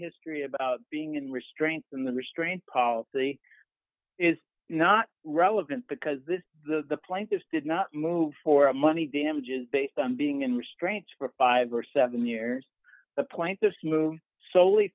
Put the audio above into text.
history about being in restraints in the restraint policy is not relevant because this the plaintiffs did not move for a money damages based on being in restraints for five or seven years the point this move solely